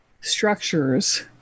structures